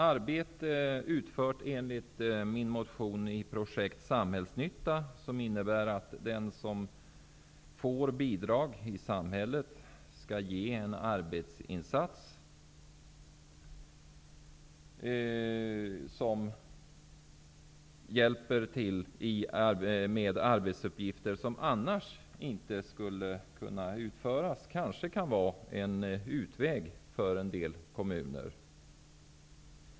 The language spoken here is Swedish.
Arbete utfört enligt min motion om Projekt samhällsnytta, som innebär att den som får bidrag i samhället skall göra en arbetsinsats som hjälper till med arbetsuppgifter som annars inte skulle kunna utföras, kan kanske vara en utväg för en del kommuner.